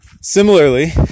similarly